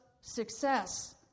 success